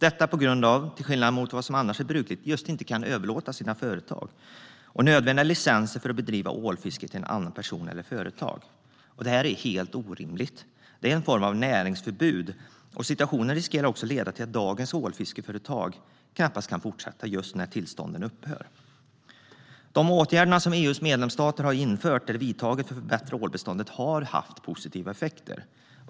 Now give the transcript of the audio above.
Det beror på att de, till skillnad från vad som annars är brukligt, inte kan överlåta sina företag och nödvändiga licenser för att bedriva ålfiske till en annan person eller ett annat företag. Det är helt orimligt. Det är en form av näringsförbud. Situationen riskerar också att leda till att dagens ålfiskeföretag knappast kan fortsätta när tillstånden upphör att gälla. De åtgärder som EU:s medlemsstater har vidtagit för att förbättra ålbeståndet har haft positiva effekter.